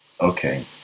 Okay